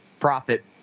profit